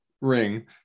ring